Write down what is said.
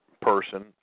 person